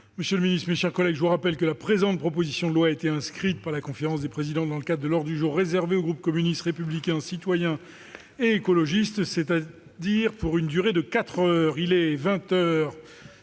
Monsieur le ministre, mes chers collègues, je vous rappelle que la présente proposition de loi a été inscrite par la conférence des présidents dans le cadre de l'ordre du jour réservé au groupe communiste républicain citoyen et écologiste, c'est-à-dire pour une durée de quatre heures. Les quatre heures